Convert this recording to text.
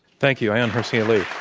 thank you. ayaan hirsi ali.